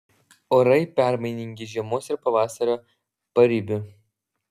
orai permainingi žiemos ir pavasario paribiu